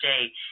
today